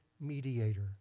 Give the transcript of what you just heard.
mediator